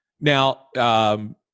Now